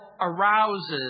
arouses